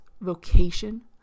vocation